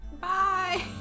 bye